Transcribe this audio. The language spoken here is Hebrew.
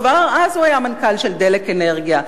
כבר אז הוא היה המנכ"ל של "דלק אנרגיה",